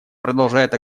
продолжает